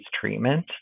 treatment